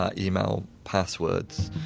ah email passwords